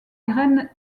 graines